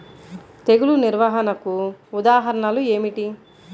తెగులు నిర్వహణకు ఉదాహరణలు ఏమిటి?